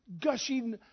gushing